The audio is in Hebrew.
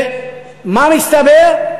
ומה מסתבר?